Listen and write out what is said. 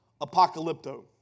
apocalypto